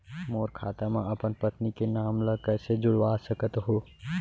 मोर खाता म अपन पत्नी के नाम ल कैसे जुड़वा सकत हो?